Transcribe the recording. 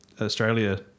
australia